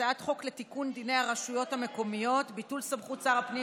הצעת חוק לתיקון דיני הרשויות המקומיות (ביטול סמכות שר הפנים